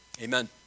Amen